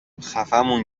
خفهمون